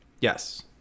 Yes